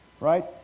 Right